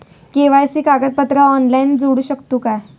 KYC कागदपत्रा online जोडू शकतू का?